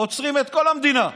עוצרים את כל המדינה.